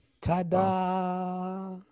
Ta-da